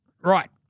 Right